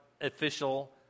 official